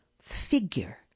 figure